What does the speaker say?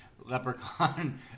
leprechaun